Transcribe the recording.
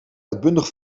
uitbundig